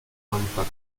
manufacture